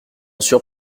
sûr